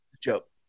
joke